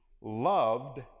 loved